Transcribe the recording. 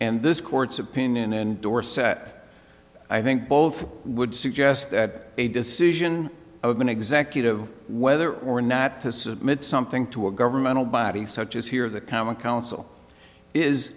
and this court's opinion endorsed set i think both would suggest that a decision of an executive whether or not to submit something to a governmental body such as here the common council is